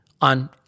on